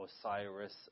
Osiris